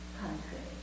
country